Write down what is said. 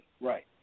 Right